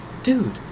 dude